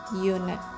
unit